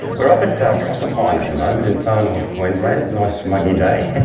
we're up at proserpine and at the moment in far north queensland. a nice muggy day.